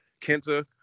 Kenta